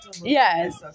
Yes